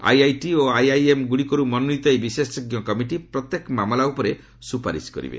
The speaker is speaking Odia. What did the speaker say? ଆଇଆଇଟି ଓ ଆଇଆଇଏମ୍ ଗୁଡ଼ିକରୁ ମନୋନୀତ ବିଶେଷଜ୍ଞ କମିଟି ପ୍ରତ୍ୟକ ମାମଲା ଉପରେ ସୁପାରିଶ୍ କରିବେ